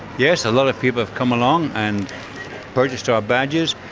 yes, a lot of people have come along and purchased our badges.